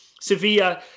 Sevilla